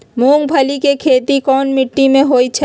मूँग के खेती कौन मीटी मे होईछ?